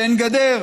שאין בהם גדר.